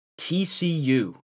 TCU